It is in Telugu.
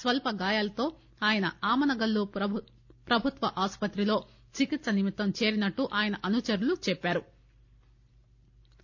స్వల్ప గాయాలతో ఆయన ఆమనగల్లు పట్టణ ప్రభుత్వ ఆసుపత్రిలో చికిత్స నిమిత్తం చేరినట్లు ఆయన అనుచరులు చెప్పారు